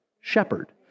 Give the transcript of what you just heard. shepherd